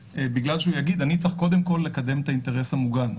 בגלל שהוא יגיד שהוא צריך לקדם קודם כול את האינטרס המוגן.